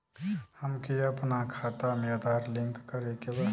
हमके अपना खाता में आधार लिंक करें के बा?